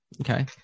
Okay